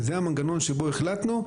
זה המנגנון שבו החלטנו,